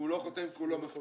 הוא לא חותם כי הוא לא מסכים?